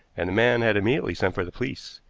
and the man had immediately sent for the police.